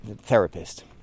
therapist